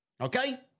okay